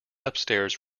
upstairs